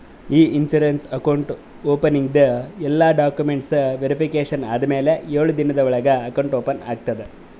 E insurance account ಓಪನಿಂಗ್ದು ಎಲ್ಲಾ documents verification ಆದಮ್ಯಾಲ ಎಳು ದಿನದ ಒಳಗ ಅಕೌಂಟ್ ಓಪನ್ ಆಗ್ತದ